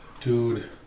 Dude